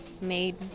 made